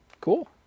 Cool